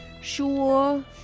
sure